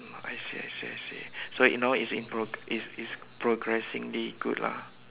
I see I see I see so you now it's in pro~ it's it's progressingly good lah